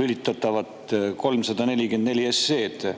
lülitatavat 344 SE‑d